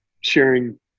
sharing